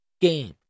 game